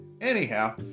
Anyhow